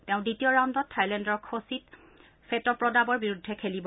তেওঁ দ্বিতীয় ৰাউণ্ডত থাইলেণ্ডৰ খচিত ফেটপ্ৰদাবৰ বিৰুদ্ধে খেলিব